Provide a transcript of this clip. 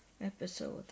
episode